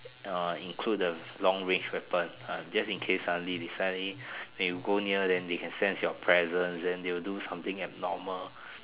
uh include the long wave weapon ah just in case suddenly suddenly when you go near then they can sense your presence then they will do something abnormal